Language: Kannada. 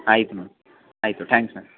ಆಯ್ತು ಮ್ಯಾಮ್ ಆಯಿತು ಟ್ಯಾಂಕ್ಸ್ ಮ್ಯಾಮ್